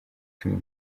cumi